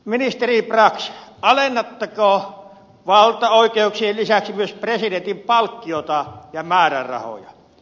ministeri brax alennatteko valtaoikeuksien lisäksi myös presidentin palkkiota ja määrärahoja